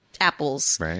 apples